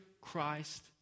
Christ